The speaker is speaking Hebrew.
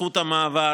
זכות המעבר,